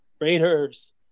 Raiders